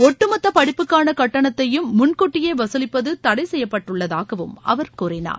ஒட்டுமொத்த படிப்புக்கான கட்டணத்தையும் முன்கூட்டியே வசூலிப்பது தடை செய்யப்பட்டுள்ளதாகவும் அவர் கூறினார்